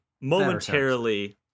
momentarily